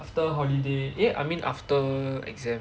after holiday eh I mean after exam